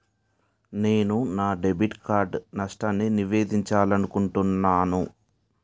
నేను నా debit card నష్టాన్ని నివేదించాలనుకుంటున్నాను